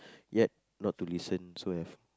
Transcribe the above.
yet not to listen so have